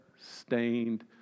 stained